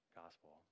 gospel